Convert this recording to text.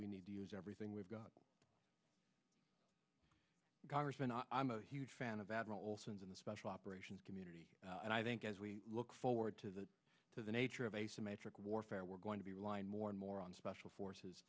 we need to use everything we've got congressman i'm a huge fan of bad arolsen in the special operations community and i think as we look forward to the to the nature of asymmetric warfare we're going to be lined more and more on special forces